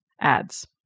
Ads